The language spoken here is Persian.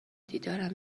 دیدارم